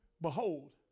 Behold